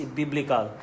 biblical